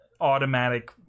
automatic